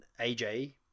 AJ